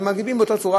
ומגיבים באותה צורה,